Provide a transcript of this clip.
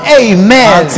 amen